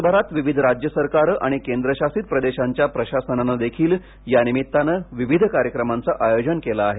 देशभरात विविध राज्य सरकारं आणि केंद्रशासित प्रदेशांच्या प्रशासनानंही यानिमित्तानं विविध कार्यक्रमांचं आयोजन केलं आहे